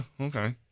okay